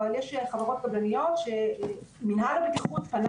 אבל יש חברות קבלניות שמנהל הבטיחות פנה